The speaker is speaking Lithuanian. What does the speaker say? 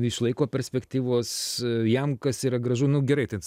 išlaiko perspektyvos jam kas yra gražu nu gerai ten